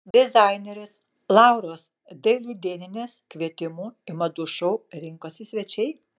dizainerės lauros dailidėnienės kvietimu į madų šou rinkosi svečiai